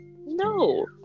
no